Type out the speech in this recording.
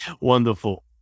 Wonderful